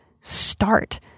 start